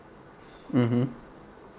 mmhmm